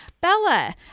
Bella